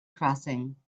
crossing